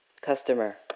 Customer